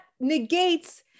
negates